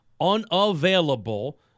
unavailable